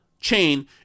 chain